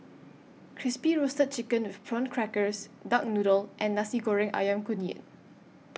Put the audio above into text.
Crispy Roasted Chicken with Prawn Crackers Duck Noodle and Nasi Goreng Ayam Kunyit